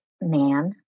man